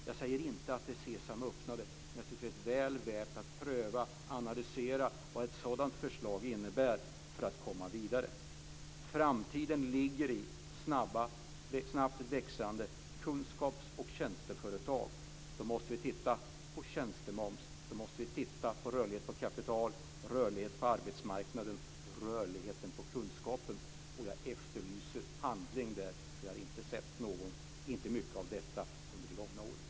Jag säger inte att det är något Sesam öppna dig, men jag tycker att det är väl värt att pröva och analysera vad ett sådant förslag innebär för att komma vidare. Framtiden ligger i snabbt växande kunskaps och tjänsteföretag. Då måste vi titta på tjänstemomsen, på rörligheten på kapitalet, rörligheten på arbetsmarknaden och rörligheten på kunskapen. Och jag efterlyser handling där, eftersom jag inte har sett mycket av detta under de gångna åren.